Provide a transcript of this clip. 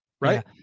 right